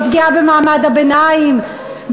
בפגיעה במעמד הביניים,